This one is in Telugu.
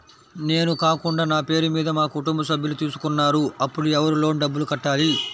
నేను కాకుండా నా పేరు మీద మా కుటుంబ సభ్యులు తీసుకున్నారు అప్పుడు ఎవరు లోన్ డబ్బులు కట్టాలి?